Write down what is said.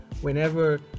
whenever